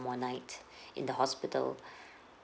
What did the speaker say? more night in the hospital